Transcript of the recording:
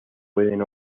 pueden